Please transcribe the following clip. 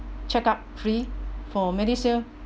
check up free for medishield